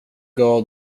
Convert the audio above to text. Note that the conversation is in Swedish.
gav